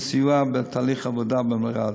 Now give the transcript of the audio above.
לסיוע בתהליך העבודה במלר"ד,